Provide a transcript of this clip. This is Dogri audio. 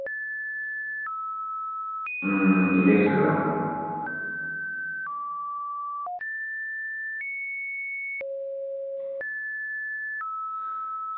इ'यै होई सकदा हून